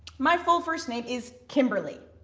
my full first name is kimberly.